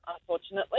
unfortunately